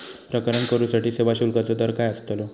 प्रकरण करूसाठी सेवा शुल्काचो दर काय अस्तलो?